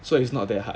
so it's not that hard